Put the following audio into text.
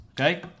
Okay